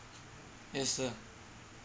yes sir